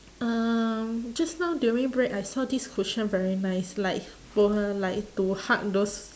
um just now during break I saw this cushion very nice like for uh like to hug those